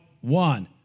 one